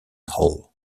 hall